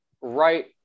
right